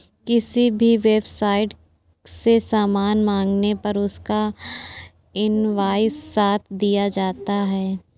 किसी भी वेबसाईट से सामान मंगाने पर उसका इन्वॉइस साथ दिया जाता है